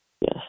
Yes